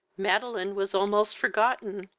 madeline was almost forgotten,